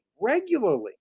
regularly